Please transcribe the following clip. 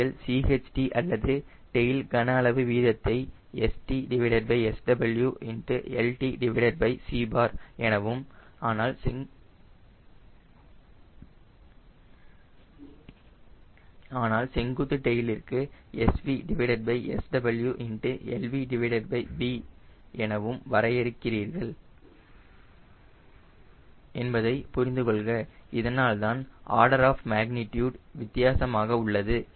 நீங்கள் CHT அல்லது tail கன அளவு வீதத்தை StSWltc எனவும் ஆனால் செங்குத்து டெயில்ற்கு SVSWlvb எனவும் வரையறுக்கிறார்கள் என்பதை புரிந்து கொள்க இதனால்தான் ஆர்டர் ஆப் மேக்னிட்யூடு வித்தியாசமாக உள்ளது